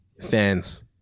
fans